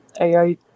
AI